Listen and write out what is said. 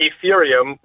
Ethereum